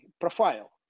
profile